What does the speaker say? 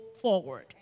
forward